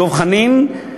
דב חנין,